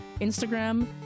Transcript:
Instagram